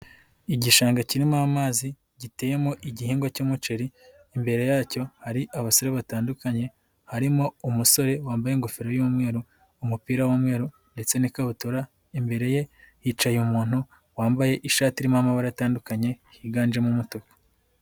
Igishanga kirimo amazi giteyemo igihingwa cy'umuceri, imbere yacyo hari abasore batandukanye, harimo umusore wambaye ingofero y'umweru, umupira w'umweru ndetse n'ikabutura, imbere ye hicaye umuntu wambaye ishati irimo amabara atandukanye yiganjemo umutuku.